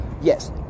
yes